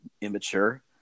immature